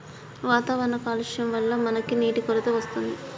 వాతావరణ కాలుష్యం వళ్ల మనకి నీటి కొరత వస్తుంది